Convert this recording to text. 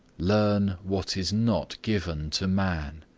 learn what is not given to man